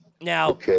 Now